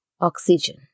oxygen